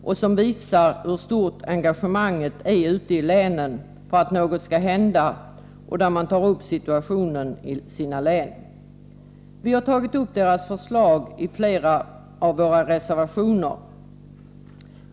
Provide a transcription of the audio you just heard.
Där tar man upp situationen i sina olika län och visar hur stort engagemanget är ute i länen för att något skall hända. Vi har tagit upp deras förslag i flera av våra reservationer.